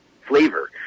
flavor